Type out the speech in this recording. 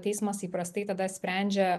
teismas įprastai tada sprendžia